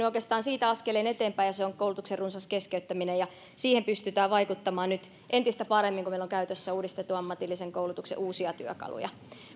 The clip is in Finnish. oikeastaan siitä askeleen eteenpäin ja se on koulutuksen runsas keskeyttäminen siihen pystytään vaikuttamaan nyt entistä paremmin kun meillä on käytössä uudistetun ammatillisen koulutuksen uusia työkaluja